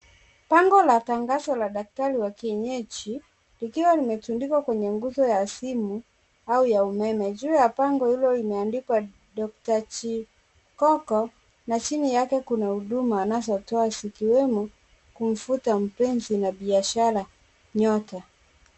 Bango la tangazo la daktari wa kienyeji likiwa limetundikwa kwenye nguzo ya simu au umeme. Juu ya bango hilo limeandikwa doctor jikoko na chini yake kuna huduma anazotoa zikiwemo kumfuta mpenzi na biashara nyote.